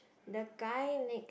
the guy next